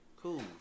cool